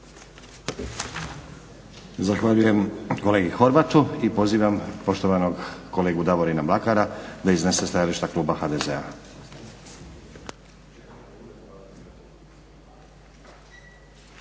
Zahvaljujem kolegi Horvatu. I pozivam poštovanog kolegu Davorina Mlakara da iznese stajalište kluba HDZ-a.